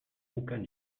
aucun